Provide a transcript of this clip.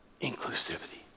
Inclusivity